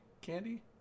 Candy